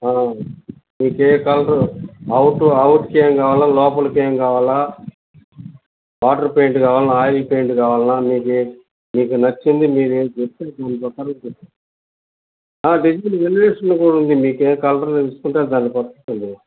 మీకు ఏ colour out అవుట్కి ఏం కావాలి లోపలికి ఏం కావాలి వాటర్ పెయింట్ కావాలా ఆయిల్ పెయింట్ కావాలా మీకు ఏ మీకు నచ్చింది మీరు ఏం చెప్తే దాని ప్రకారంగా చెప్తాము ఎలివేషన్ కూడా ఉంది మీకు ఏ కలర్ ఎంచుకుంటే దానికి వస్తుంది